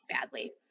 badly